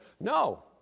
No